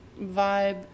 vibe